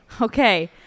Okay